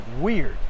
weird